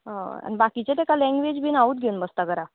हय आनी बाकिचे तेका लँग्वेज बीन हांवूत घेवन बसता घरा